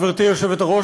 גברתי היושבת-ראש,